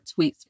tweets